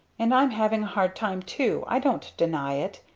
and i'm having hard time too i don't deny it.